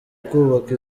kubaka